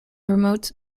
promotes